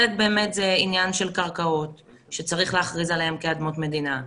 חלק באמת זה עניין של קרקעות שצריך להכריז עליהן כאדמות מדינה.